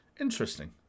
Interesting